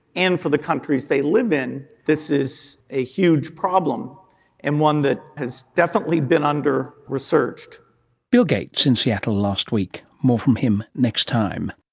and for the countries they live in, this is a huge problem and one that has definitely been under-researched. bill gates in seattle last week. more from him next time